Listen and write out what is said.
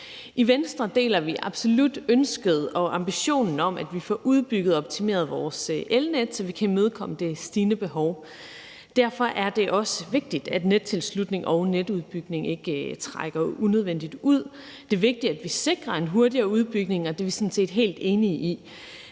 I Venstre deler vi absolut ønsket og ambitionen om, at vi får udbygget og optimeret vores elnet, så vi kan imødekomme det stigende behov. Derfor er det også vigtigt, at nettilslutningen og netudbygningen ikke trækker unødigt ud. Det er vigtigt, at vi sikrer en hurtigere udbygning. Det er vi sådan set helt enige i.